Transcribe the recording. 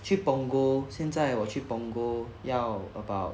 去 punggol 现在我去 punggol 要 about